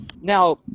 Now